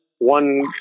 One